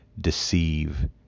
deceive